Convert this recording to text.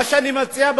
מה שאני מציע,